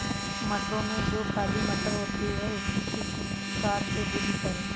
मटरों में जो काली मटर होती है उसकी किस प्रकार से वृद्धि करें?